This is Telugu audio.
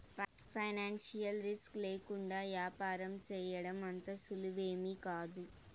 ఫైనాన్సియల్ రిస్కు లేకుండా యాపారం సేయడం అంత సులువేమీకాదు